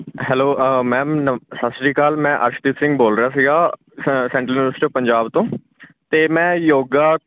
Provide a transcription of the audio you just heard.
hello uh ma'am ਨਵ ਸਤਿ ਸ਼੍ਰੀ ਅਕਾਲ ਮੈਂ ਅਰਸ਼ਦੀਪ ਸਿੰਘ ਬੋਲ ਰਿਹਾ ਸੀਗਾ ਸ ਸੈਂਟਰਲ ਯੂਨੀਵਰਸਿਟੀ ਪੰਜਾਬ ਤੋਂ ਅਤੇ ਮੈਂ ਯੋਗਾ